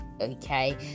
okay